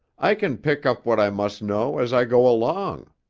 i can pick up what i must know as i go along.